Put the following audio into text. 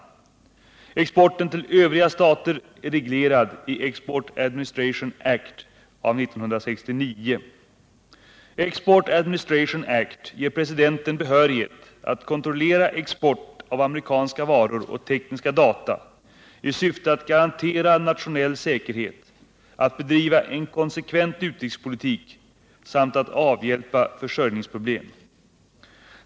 Exporten till övriga stater är reglerad i ”Export Administration Act” av 1969. Export Administration Act ger presidenten behörighet att kontrollera export av amerikanska varor och tekniska data i syfte att garantera nationell säkerhet, att bedriva en konsekvent utrikespolitik samt att avhjälpa försörjningsproblem.